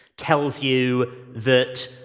tells you that,